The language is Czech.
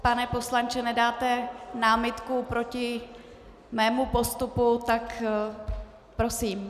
Pane poslanče, pokud nedáte námitku proti mému postupu, tak... Prosím.